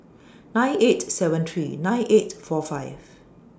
nine eight seven three nine eight four five